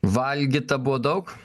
valgyta buvo daug